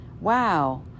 Wow